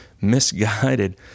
misguided